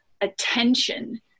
attention